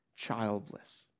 childless